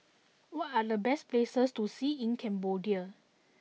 what are the best places to see in Cambodia